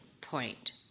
point